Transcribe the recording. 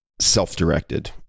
self-directed